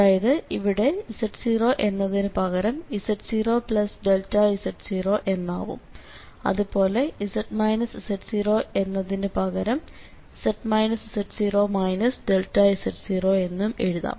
അതായത് ഇവിടെ z0 എന്നതിനു പകരം z0z0 എന്നാവും അതുപോലെ z z0 എന്നതിനു പകരം z z0 z0 എന്നും എഴുതാം